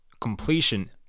completion